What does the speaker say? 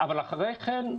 אבל אחרי כן,